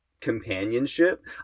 companionship